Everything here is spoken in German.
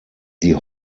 die